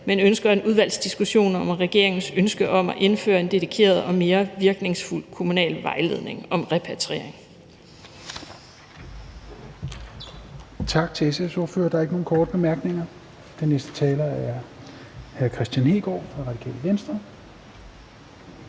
men ønsker en udvalgsdiskussion om regeringens ønske om at indføre en dedikeret og mere virkningsfuld kommunal vejledning om repatriering.